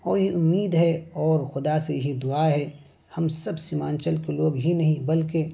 اور یہ امید ہے اور خدا سے یہ ہی دعا ہے ہم سب سیمانچل کے لوگ ہی نہیں بلکہ